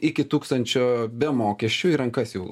iki tūkstančio be mokesčių į rankas jau